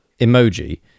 emoji